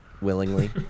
willingly